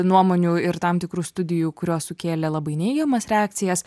nuomonių ir tam tikrų studijų kurios sukėlė labai neigiamas reakcijas